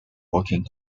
working